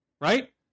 right